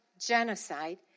genocide